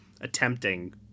attempting